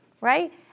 right